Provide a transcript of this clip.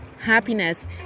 Happiness